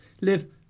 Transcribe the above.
live